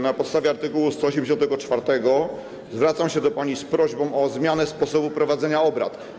Na podstawie art. 184 zwracam się do pani z prośbą o zmianę sposobu prowadzenia obrad.